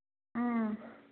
ꯎꯝ